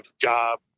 job